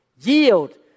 yield